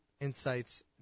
Insights